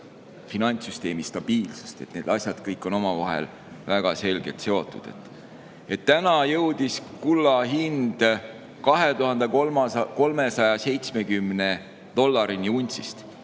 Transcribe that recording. finantssüsteemi stabiilsust. Kõik need asjad on omavahel väga selgelt seotud. Täna jõudis kulla hind 2370 dollarini untsist